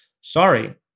Sorry